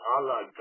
Allah